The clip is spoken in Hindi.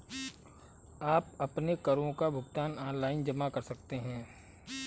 आप अपने करों का भुगतान ऑनलाइन जमा कर सकते हैं